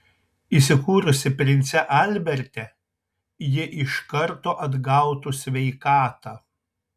įsikūrusi prince alberte ji iš karto atgautų sveikatą